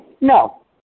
No